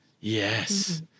Yes